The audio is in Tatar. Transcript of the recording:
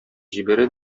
җибәрә